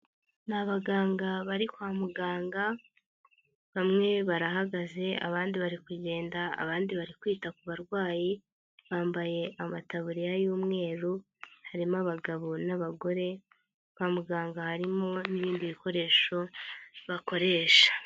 Ni abaganga bari kwa muganga, bamwe barahagaze abandi bari kugenda, abandi bari kwita ku barwayi, bambaye amataburiya y'umweru, harimo abagabo n'abagore ,kwa muganga harimo n'ibindi bikoresho bakoresha.